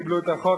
קיבלו את החוק,